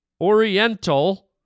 Oriental